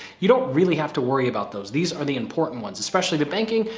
you don't really have to worry about those. these are the important ones, especially the banking,